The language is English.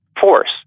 force